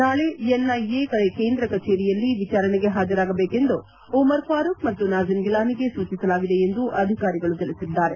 ನಾಳೆ ಎನ್ಐಎ ಕೇಂದ್ರ ಕಚೇರಿಯಲ್ಲಿ ವಿಚಾರಣೆಗೆ ಪಾಜರಾಗಬೇಕೆಂದು ಉಮರ್ ಫಾರೂಖ್ ಮತ್ತು ನಸೀಮ್ ಗಿಲಾನಿಗೆ ಸೂಚಿಸಲಾಗಿದೆ ಎಂದು ಅಧಿಕಾರಿಗಳು ತಿಳಿಸಿದ್ದಾರೆ